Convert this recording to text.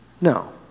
No